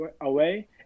away